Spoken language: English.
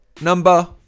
number